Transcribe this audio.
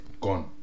gone